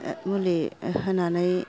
मुलि होनानै